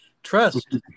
Trust